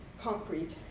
concrete